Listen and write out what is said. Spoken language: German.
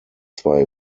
zwei